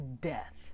death